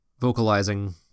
vocalizing